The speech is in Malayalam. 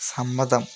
സമ്മതം